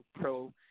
pro